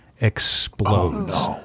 explodes